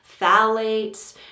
phthalates